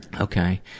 Okay